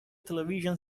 television